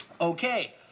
Okay